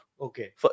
Okay